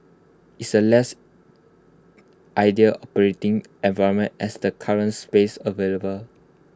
it's A less ideal operating environment as the current space available